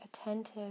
attentive